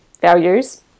values